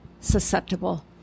susceptible